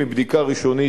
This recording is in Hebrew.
מבדיקה ראשונית,